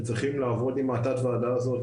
שצריכים לעבוד עם התת ועדה הזאת,